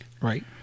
Right